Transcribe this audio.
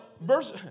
verse